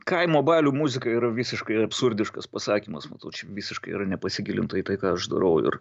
kaimo balių muzika yra visiškai absurdiškas pasakymas matau čia visiškai yra nepasigilinta į tai ką aš darau ir